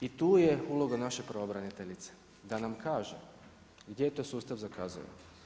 I tu je uloga naše pravobraniteljice da nam kaže gdje tu sustav zakazuje.